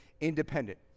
independent